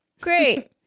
Great